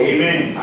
Amen